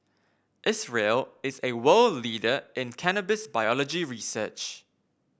Israel is a world leader in cannabis biology research